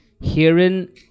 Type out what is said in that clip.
herein